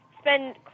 spend